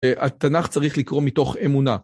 התנ״ך צריך לקרוא מתוך אמונה.